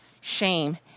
shame